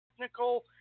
Technical